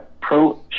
pro